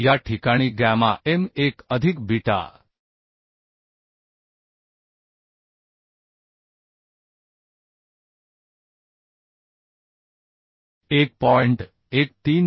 या ठीकाणी gamma m 1 अधिक बीटा 1